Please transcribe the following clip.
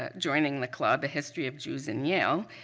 ah joining the club, a history of jews in yale,